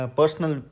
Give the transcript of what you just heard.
personal